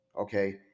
okay